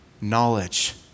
knowledge